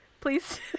Please